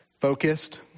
focused